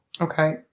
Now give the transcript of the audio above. okay